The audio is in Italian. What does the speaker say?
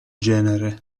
genere